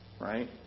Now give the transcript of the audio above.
Right